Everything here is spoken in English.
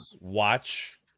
watch